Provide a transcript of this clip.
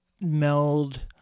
meld